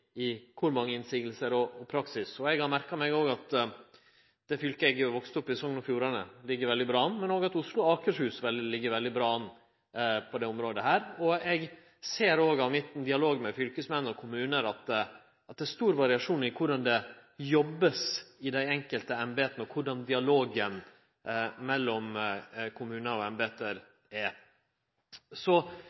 og i praksis. Eg har merka meg at det fylket eg har vakse opp i, Sogn og Fjordane, ligg veldig bra an, men òg at Oslo og Akershus ligg veldig bra an på dette området. Eg ser òg av min dialog med fylkesmenn og kommunar at det er stor variasjon i korleis det vert jobba i dei enkelte embeta, og korleis dialogen mellom kommunar og embete er.